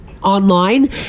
Online